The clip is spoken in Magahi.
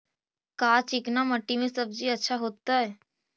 का चिकना मट्टी में सब्जी अच्छा होतै?